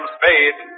Spade